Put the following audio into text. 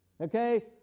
Okay